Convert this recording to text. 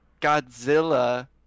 Godzilla